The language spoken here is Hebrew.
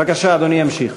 אני יוצא